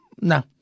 No